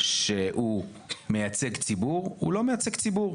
שהוא מייצג ציבור, הוא לא מייצג ציבור.